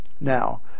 Now